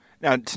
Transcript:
Now